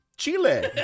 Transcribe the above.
Chile